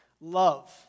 Love